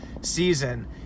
season